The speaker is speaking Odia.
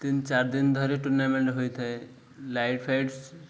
ତିନି ଚାରି ଦିନ ଧରି ଟୁର୍ଣ୍ଣାମେଣ୍ଟ ହୋଇଥାଏ ଲାଇଟ୍ ଫାଇଟ୍ସ୍